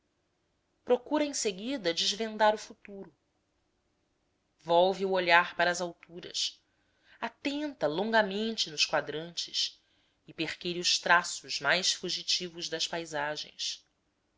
procura em seguida desvendar o futuro volve o olhar para as alturas atenta longamente nos quadrantes e perquire os traços mais fugitivos das paisagens